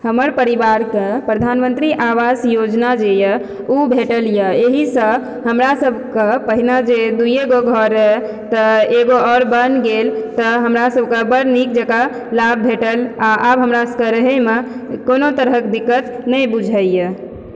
हमर परिवारकऽ प्रधानमन्त्री आवास योजना जे यऽ ओ भेटल यऽ एहिसऽ हमरा सबकऽ पहिने जे दूइए गो घर रहय तऽ एगो आओर बनि गेल तऽ हमरा सबके बड़ नीक जेकाँ लाभ भेटल आ आब हमरा सबके रहैमे कोनो तरहक दिक्कत नै बुझाइए